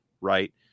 right